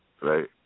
Right